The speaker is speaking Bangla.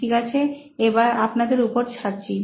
ঠিক আছে এবার আপনাদের উপর ছাড়ছি